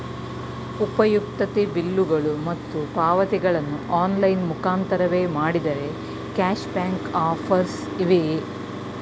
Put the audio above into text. ಉಪಯುಕ್ತತೆ ಬಿಲ್ಲುಗಳು ಮತ್ತು ಪಾವತಿಗಳನ್ನು ಆನ್ಲೈನ್ ಮುಖಾಂತರವೇ ಮಾಡಿದರೆ ಕ್ಯಾಶ್ ಬ್ಯಾಕ್ ಆಫರ್ಸ್ ಇವೆಯೇ?